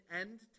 end